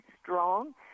strong